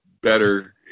better